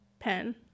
Pen